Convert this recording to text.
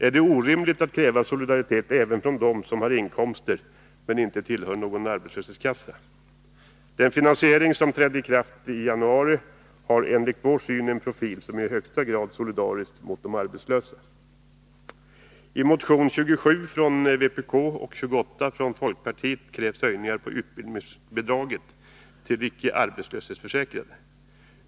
Är det orimligt att kräva solidaritet även från dem som har inkomster men inte tillhör någon arbetslöshetskassa? Den finansiering som gäller från den 1 januari har enligt vår syn en profil som är i högsta grad solidarisk mot de arbetslösa. I reservation 27 från vpk och 28 från folkpartiet krävs höjningar av utbildningsbidraget till icke-arbetslöshetsförsäkrade.